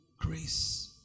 grace